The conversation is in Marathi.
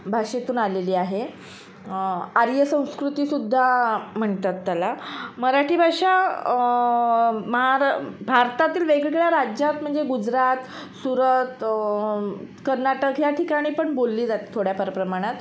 भाषेतून आलेली आहे आर्य संस्कृतीसुद्धा म्हणतात त्याला मराठी भाषा महार भारतातील वेगवेगळ्या राज्यात म्हणजे गुजरात सुरत कर्नाटक ह्या ठिकाणी पण बोलली जाते थोड्या फार प्रमाणात